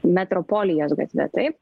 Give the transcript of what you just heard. metropolijos gatve taip